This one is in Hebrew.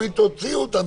אומרים: תוציאו אותם,